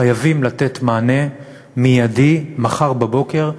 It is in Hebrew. חייבים לתת מענה מיידי, מחר בבוקר,